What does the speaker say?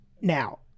Now